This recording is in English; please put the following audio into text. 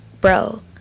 bro